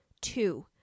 Two